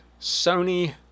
Sony